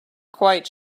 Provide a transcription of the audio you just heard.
quite